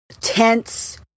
tense